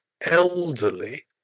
elderly